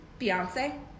Beyonce